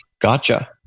Gotcha